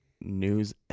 news